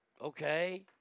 Okay